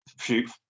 Shoot